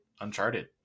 Uncharted